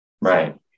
right